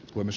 valmis